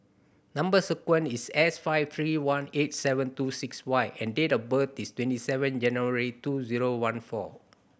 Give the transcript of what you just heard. number sequence is S five three one eight seven two six Y and date of birth is twenty seven January two zero one four